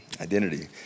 Identity